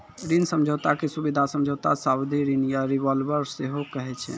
ऋण समझौता के सुबिधा समझौता, सावधि ऋण या रिवॉल्बर सेहो कहै छै